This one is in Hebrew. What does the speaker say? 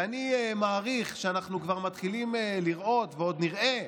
ואני מעריך שאנחנו כבר מתחילים לראות, ועוד נראה,